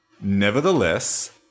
Nevertheless